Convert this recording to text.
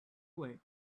away